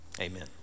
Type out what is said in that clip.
Amen